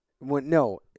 No